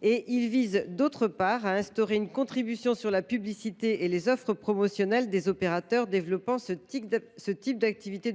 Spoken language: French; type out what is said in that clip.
et, d’autre part, à instaurer une contribution sur la publicité et les offres promotionnelles des opérateurs développant ce type d’activités.